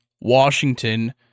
Washington